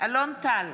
בהצבעה אלון טל,